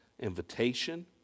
invitation